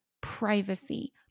privacy